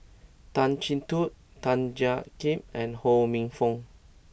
Tan Chin Tuan Tan Jiak Kim and Ho Minfong